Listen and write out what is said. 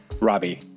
Robbie